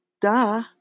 Duh